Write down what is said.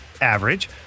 average